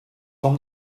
from